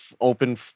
open